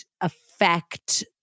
affect